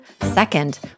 Second